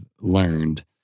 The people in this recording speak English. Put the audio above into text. learned